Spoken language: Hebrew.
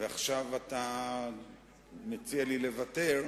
ועכשיו אתה מציע לי לוותר.